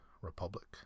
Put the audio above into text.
Republic